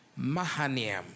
Mahaniam